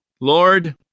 Lord